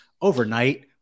overnight